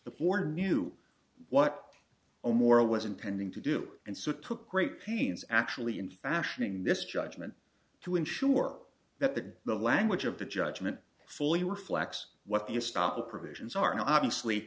poor knew what a moral was intending to do and so it took great pains actually in fashioning this judgment to ensure that that the language of the judgment fully reflects what the stop the provisions are now obviously